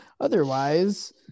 otherwise